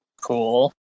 Cool